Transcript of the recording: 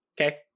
Okay